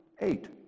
eight